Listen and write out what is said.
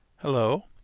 Hello